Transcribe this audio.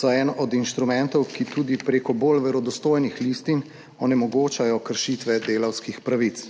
so eden od inštrumentov, ki tudi preko bolj verodostojnih listin onemogočajo kršitve delavskih pravic.